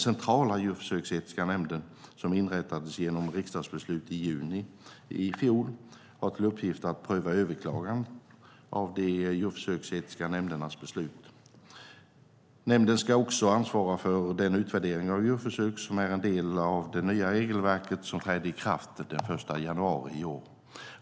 Centrala djurförsöksetiska nämnden, som inrättades genom riksdagsbeslut i juni i fjol, har till uppgift att pröva överklaganden av de djurförsöksetiska nämndernas beslut. Nämnden ska också ansvara för den utvärdering av djurförsök som är en del av det nya regelverket som trädde i kraft den 1 januari i år.